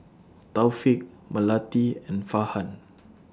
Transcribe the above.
Taufik Melati and Farhan